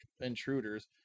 intruders